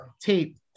tape